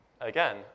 Again